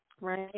Right